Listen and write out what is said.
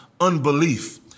unbelief